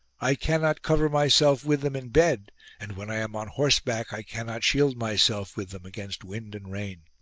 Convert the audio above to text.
i cannot cover myself with them in bed and when i am on horseback i cannot shield myself with them against wind and rain.